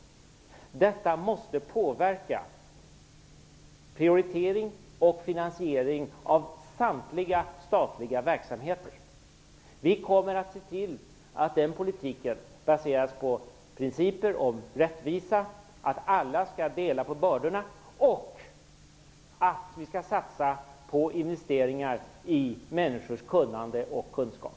Detta måste påverka prioritering och finansiering i fråga om samtliga statliga verksamheter. Vi kommer att se till att den politiken baseras på principer om rättvisa, att alla skall dela på bördorna och att vi skall satsa på investeringar i människors kunnande och kunskap.